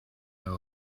know